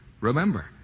Remember